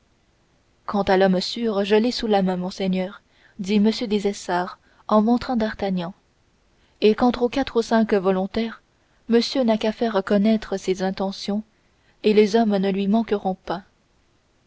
quant à l'homme sûr je l'ai sous la main monseigneur dit m des essarts en montrant d'artagnan et quant aux quatre ou cinq volontaires monseigneur n'a qu'à faire connaître ses intentions et les hommes ne lui manqueront pas